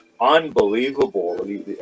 unbelievable